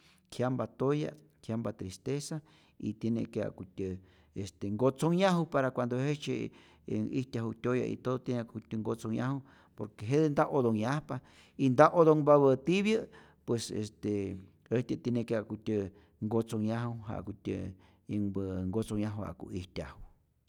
Jyampa toya', jyampa tristeza y tiene que ja'kutyä este nkotzonyaju para cuando jejtzye yän ijtyaju tyoya', y todo tiene que ja'kutyä nkotzonhyaju por que jete nta otonyajpa y nta otonhpapä tipyä' pues este äjtyä tiene ke ja'kutyä nkotzonhyaju, ja'kutyä yänhpä nkotzonhyaju ja'ku ijtyaju.